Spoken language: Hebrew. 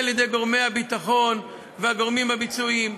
על-ידי גורמי הביטחון והגורמים הביצועיים.